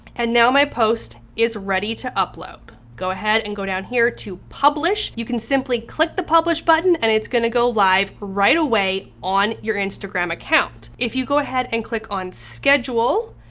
and now my post is ready to upload. go ahead and go down here to publish. you can simply click the publish button and it's gonna go live right away on your instagram account. if you go ahead and click on schedule,